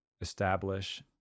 establish